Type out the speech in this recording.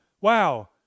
Wow